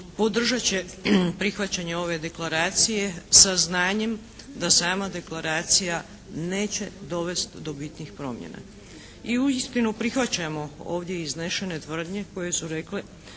podržat će prihvaćanje ove deklaracije sa znanjem da sama deklaracija neće dovesti do bitnih promjena. I uistinu prihvaćamo ovdje iznešene tvrdnje koje su rekle